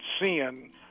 seeing